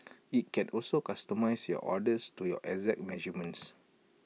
IT can also customise your orders to your exact measurements